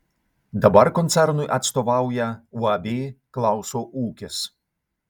dabar koncernui atstovauja uab klauso ūkis